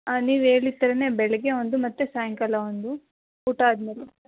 ಹಾಂ ನೀವು ಹೇಳಿದ ಥರನೆ ಬೆಳಗ್ಗೆ ಒಂದು ಮತ್ತೆ ಸಾಯಂಕಾಲ ಒಂದು ಊಟ ಆದಮೇಲೆ